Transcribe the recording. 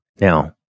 Now